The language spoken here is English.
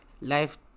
life